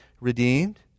redeemed